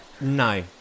No